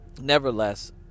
nevertheless